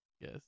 yes